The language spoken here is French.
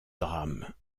drame